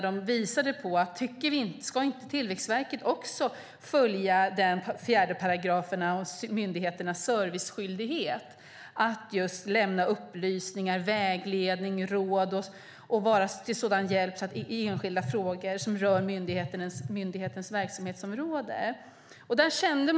De undrade: Ska inte också Tillväxtverket följa § 4 om myndigheternas serviceskyldighet, att lämna upplysningar, vägledning råd och vara till hjälp i enskilda frågor som rör myndighetens verksamhetsområde?